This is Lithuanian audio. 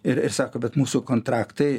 ir ir sako bet mūsų kontraktai